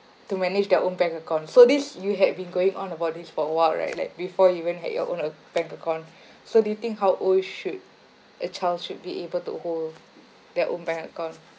to manage their own bank account so this you had been going on about this for a while right like before you even had your own a bank account so do you think how old should a child should be able to hold their own bank account